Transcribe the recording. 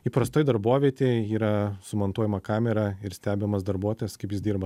įprastoj darbovietėj yra sumontuojama kamera ir stebimas darbuotojas kaip jis dirba